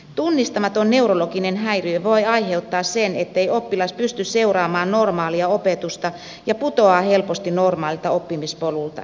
tunnistamaton neurologinen häiriö voi aiheuttaa sen ettei oppilas pysty seuraamaan normaalia opetusta ja putoaa helposti normaalilta oppimispolulta